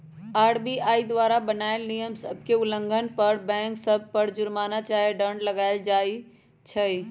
RBI द्वारा बनाएल नियम सभ के उल्लंघन पर बैंक सभ पर जुरमना चाहे दंड लगाएल किया जाइ छइ